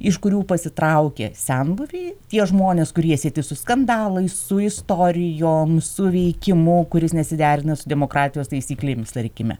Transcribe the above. iš kurių pasitraukė senbuviai tie žmonės kurie sieti su skandalais su istorijom su veikimu kuris nesiderina su demokratijos taisyklėmis tarkime